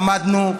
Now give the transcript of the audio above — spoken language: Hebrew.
למדנו,